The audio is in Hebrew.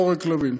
הוא לא הורג כלבים.